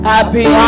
Happy